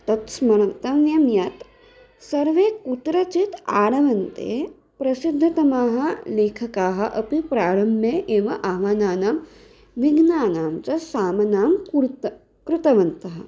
तत् स्मर्तव्यं यत् सर्वे कुत्रचित् आरभन्ते प्रसिद्धतमाः लेखकाः अपि प्रारम्भे एव आवानानां विघ्नानां च सामनां कृतः कृतवन्तः